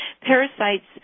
Parasites